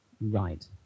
Right